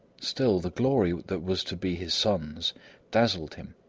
still, the glory that was to be his son's dazzled him,